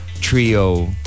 trio